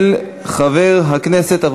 נתקבלה.